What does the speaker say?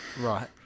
Right